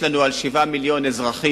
יש לנו על 7 מיליון אזרחים,